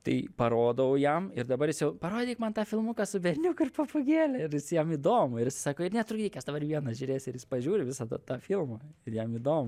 tai parodau jam ir dabar jis jau parodyk man tą filmuką su berniuku ir papūgėle ir jis jam įdomu ir jis sako ir netrukdyk aš dabar vienas žiūrėsiu ir jis pažiūri visą tą tą filmą ir jam įdom